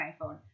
iPhone